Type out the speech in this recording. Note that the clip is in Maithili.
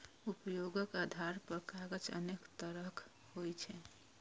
उपयोगक आधार पर कागज अनेक तरहक होइ छै